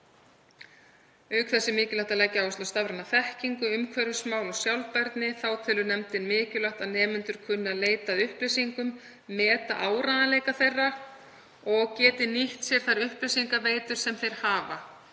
þess er mikilvægt að leggja áherslu á stafræna þekkingu, umhverfismál og sjálfbærni. Þá telur nefndin mikilvægt að nemendur kunni að leita að upplýsingum, meta áreiðanleika þeirra og geti nýtt sér þær upplýsingaveitur sem þeir hafa.